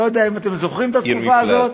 אני לא יודע אם אתם זוכרים את התקופה הזאת,